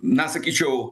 na sakyčiau